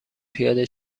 پیاده